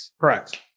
Correct